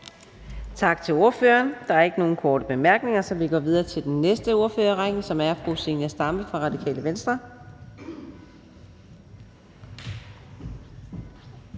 Tak til ordføreren. Der er ikke nogen korte bemærkninger, så vi går videre til den næste ordfører i rækken, som er fru Zenia Stampe fra Radikale Venstre.